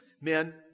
Men